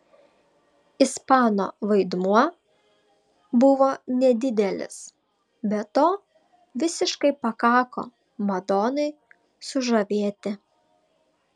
ispano vaidmuo buvo nedidelis bet to visiškai pakako madonai sužavėti